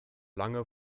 lange